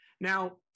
Now